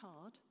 hard